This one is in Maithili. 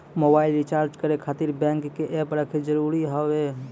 मोबाइल रिचार्ज करे खातिर बैंक के ऐप रखे जरूरी हाव है?